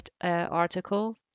article